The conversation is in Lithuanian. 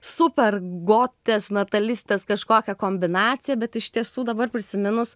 super gotės metalistės kažkokią kombinaciją bet iš tiesų dabar prisiminus